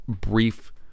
brief